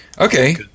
Okay